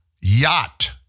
yacht